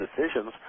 decisions